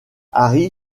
harry